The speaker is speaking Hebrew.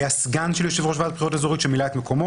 היה סגן של יושב-ראש ועדת בחירות אזורית שמילא את מקומו,